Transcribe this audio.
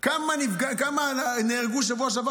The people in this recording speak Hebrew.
כמה נהרגו בשבוע שעבר?